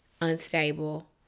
unstable